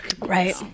Right